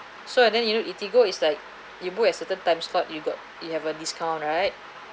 so and then you know eatigo is like you put a certain time slot you got you have a discount right